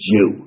Jew